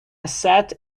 set